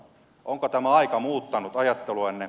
onko tämä aika muuttanut ajatteluanne